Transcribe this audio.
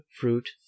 fruit